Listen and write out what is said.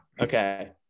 Okay